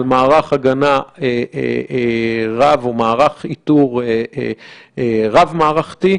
על מערך הגנה רב או מערך איתור רב מערכתי,